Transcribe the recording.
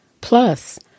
Plus